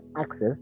access